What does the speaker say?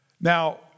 Now